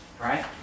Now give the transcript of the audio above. right